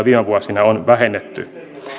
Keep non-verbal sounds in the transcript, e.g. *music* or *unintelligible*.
*unintelligible* viime vuosina on jo vähennetty